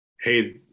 Hey